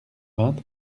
vingt